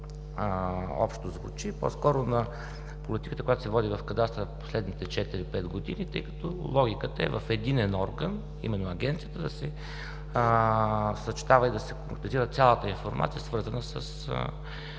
общо, по-скоро на политиката, която се води в кадастъра през последните 4-5 години, тъй като логиката е в единен орган, а именно в Агенцията да се съчетава и прецизира цялата информация, свързана с